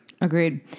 Agreed